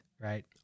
right